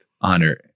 honor